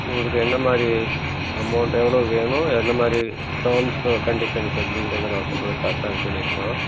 உங்களுக்கு எந்த மாதிரி அமௌண்ட் எவ்வளோ வேணும் எந்த மாதிரி டேர்ம்ஸு கண்டிஷன்ஸ் எப்படிங்கறத நான் சொல்றதை கரெக்டாக இது பண்ணிருக்கோம்